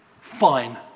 Fine